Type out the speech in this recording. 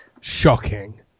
shocking